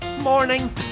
morning